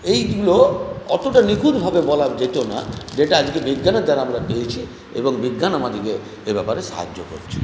এইগুলো অতটা নিখুঁতভাবে বলা যেত না যেটা আজকে বিজ্ঞানের দ্বারা আমরা পেয়েছি এবং বিজ্ঞান আমাদিগকে এ ব্যাপারে সাহায্য করেছে